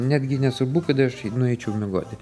netgi nesvarbu kada aš nueičiau miegoti